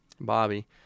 Bobby